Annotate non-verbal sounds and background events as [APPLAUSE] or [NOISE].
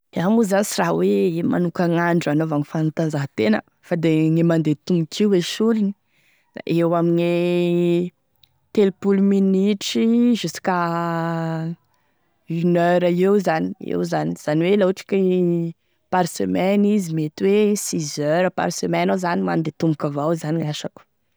Iaho moa zany sy raha hoe manokan'andro hanaovagny fagnantajahantegna fa da e mandeha tomboky io e solony da eo amigne telo-polo minitry [HESITATION] jusq'à une heure eo zany eo zany zany hoe laha ohatry ky anigny par semaine izy mety hoe six heures, par semaine iaho zany mandeha tomboky avao zany gn'asako.